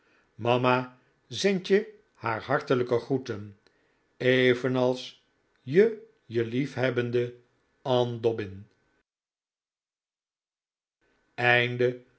mama zend je haar hartelijke groeten evenals je je liefhebbende ann